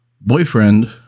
boyfriend